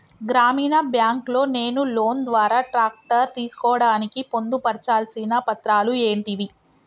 గ్రామీణ బ్యాంక్ లో నేను లోన్ ద్వారా ట్రాక్టర్ తీసుకోవడానికి పొందు పర్చాల్సిన పత్రాలు ఏంటివి?